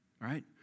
right